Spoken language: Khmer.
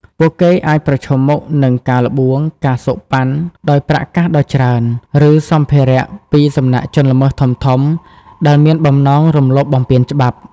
ពួកគេអាចប្រឈមមុខនឹង ការល្បួង ការសូកប៉ាន់ ដោយប្រាក់កាសដ៏ច្រើន ឬសម្ភារៈពីសំណាក់ជនល្មើសធំៗដែលមានបំណងរំលោភបំពានច្បាប់។